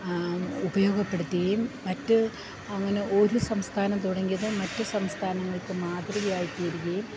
ഉപയോഗപ്പെടുത്തുകയും അങ്ങനെ ഒരു സംസ്ഥാനം തുടങ്ങിയത് മറ്റു സംസ്ഥാനങ്ങൾക്കു മാതൃകയായിത്തീരുകയും